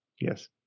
yes